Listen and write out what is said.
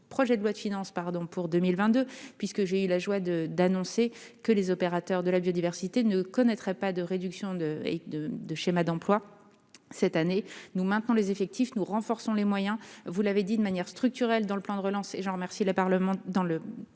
projet de loi de finances pour 2022, puisque j'ai eu la joie d'annoncer que les opérateurs de la biodiversité ne connaîtraient pas de réduction de schéma d'emploi cette année. Nous maintenons les effectifs, nous renforçons les moyens de manière structurelle dans le projet de loi de finances- j'en remercie les parlementaires -et